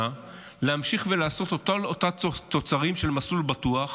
להמשיך ולעשות את אותם תוצרים של מסלול בטוח,